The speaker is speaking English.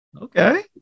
Okay